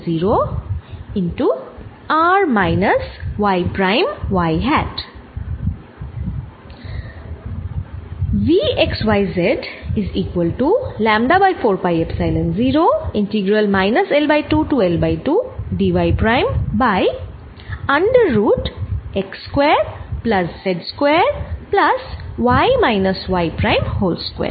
ধরে নিই x square যোগ z স্কয়ার সমান কোন রো স্কয়ার